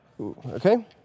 Okay